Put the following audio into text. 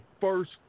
first